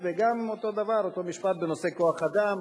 גם, אותו דבר, אותו משפט בנושא כוח-אדם,